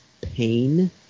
pain